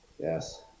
Yes